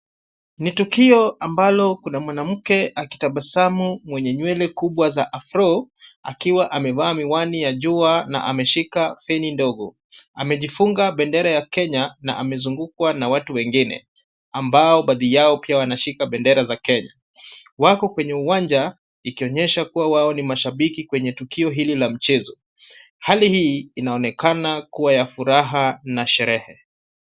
Ni tukio ambalo kuna mwanamke akitabasamu mwenye nywele kubwa za afro akiwa amevaa miwani ya jua na ameshika fini ndogo. Amejifunga bendera ya kenya na amezungukwa na watu wengine ambao baadhi yao pia wanashika bendera za Kenya. Wako kwenye uwanja ikionyesha kuwa wao ni mashabiki kwenye tukio hili la mchezo. Hali hii inaonekana kuwa ya furaha na sherehe.